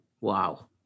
Wow